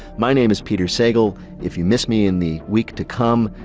my name is peter sagal. if you miss me in the week to come,